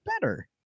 better